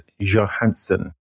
Johansson